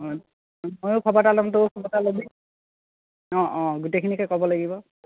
অঁ ময়ো খবৰ এটা ল'ম তইও খবৰ এটা ল'বি অঁ অঁ গোটেইখিনিকে ক'ব লাগিব